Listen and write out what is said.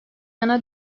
yana